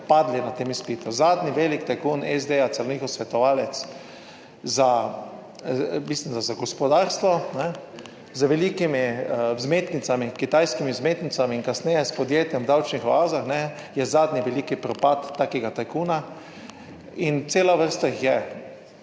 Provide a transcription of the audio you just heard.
padli na tem izpitu. Zadnji velik tajkun SD, celo njihov svetovalec za, mislim, da za gospodarstvo, ne, z velikimi vzmetnicami, kitajskimi vzmetnicami in kasneje s podjetjem v davčnih oazah je zadnji veliki propad takega tajkuna in cela vrsta jih je.